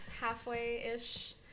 halfway-ish